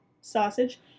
sausage